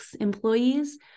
employees